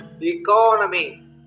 economy